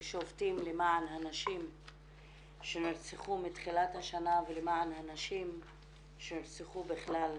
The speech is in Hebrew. ושובתים למען הנשים שנרצחו מתחילת השנה ולמען הנשים שנרצחו בכלל במדינה.